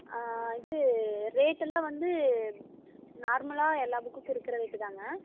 இது ரேட்டெல்லாம் வந்து நார்மலாக எல்லா புக்குக்கும் இருக்கிற ரேட்டு தாங்க